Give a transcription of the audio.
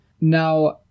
now